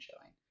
showing